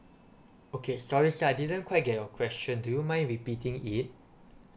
okay sorry sir I didn't quite get your question do you mind repeating it